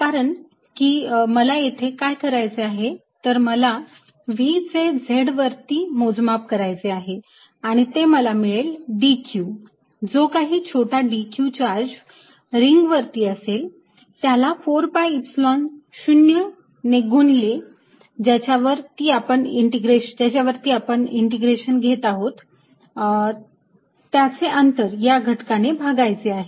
कारण की मला येथे काय करायचे आहे तर मला V चे z वरती मोजमाप करायचे आहे आणि ते मला मिळेल dq जो काही छोटा dq चार्ज रिंग वरती असेल त्याला 4 pi Epsilon 0 गुणिले ज्याच्यावरती आपण इंटिग्रेशन घेत आहोत त्याचे अंतर या घटकाने भागायचे आहे